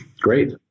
Great